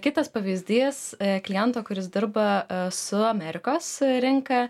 kitas pavyzdys kliento kuris dirba su amerikos rinka